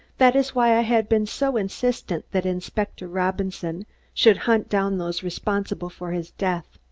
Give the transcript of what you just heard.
that is why i had been so insistent that inspector robinson should hunt down those responsible for his death.